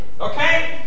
Okay